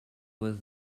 was